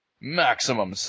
Maximum